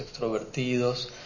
extrovertidos